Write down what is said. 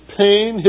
pain